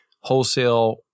wholesale